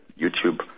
YouTube